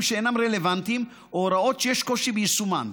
שאינם רלוונטיים או הוראות שיש קושי ביישומן.